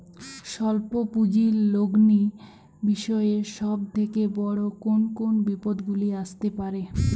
স্বল্প পুঁজির লগ্নি বিষয়ে সব থেকে বড় কোন কোন বিপদগুলি আসতে পারে?